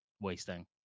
wasting